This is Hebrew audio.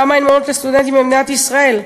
למה אין מעונות לסטודנטים במדינת ישראל?